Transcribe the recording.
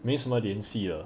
没什么联系了